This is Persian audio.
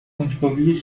کنجکاوی